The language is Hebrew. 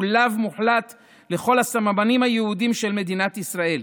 "לאו מוחלט לכל הסממנים היהודיים של מדינת ישראל,